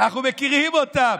אנחנו מכירים אותם.